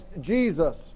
Jesus